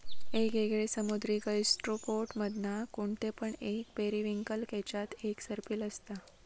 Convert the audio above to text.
येगयेगळे समुद्री गैस्ट्रोपोड्स मधना कोणते पण एक पेरिविंकल केच्यात एक सर्पिल असता